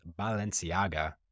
Balenciaga